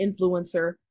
influencer